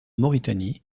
mauritanie